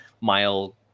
mile